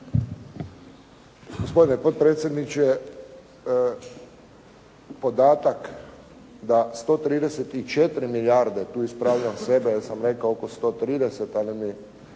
Gospodine potpredsjedniče, podatak da 134 milijarde, tu ispravljam sebe jer sam rekao oko 130, ali mi